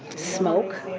smoke.